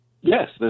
Yes